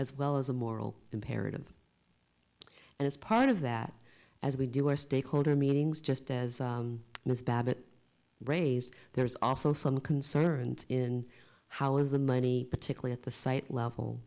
as well as a moral imperative and it's part of that as we do our stakeholder meetings just as ms babbitt raised there's also some concerns in how is the money particularly at the site level